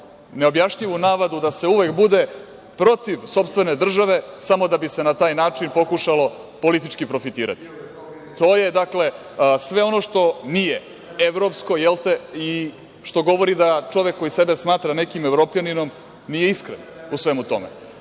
neobjašnjivu nama bi da se uvek bude protiv sopstvene države, samo da bi se na taj način pokušalo profitirati. To je dakle sve ono što nije evropsko i što govori da čovek koji sebe smatra nekim Evropljaninom nije iskren u tome,